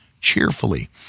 cheerfully